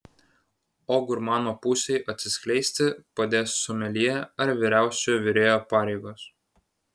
o gurmano pusei atsiskleisti padės someljė ar vyriausiojo virėjo pareigos